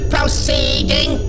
Proceeding